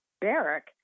Barrick